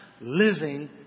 living